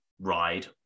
Ride